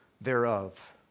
thereof